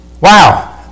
Wow